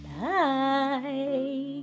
bye